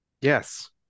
Yes